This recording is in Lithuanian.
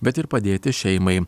bet ir padėti šeimai